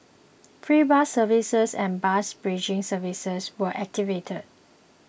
free bus services and bus bridging services were activated